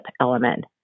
element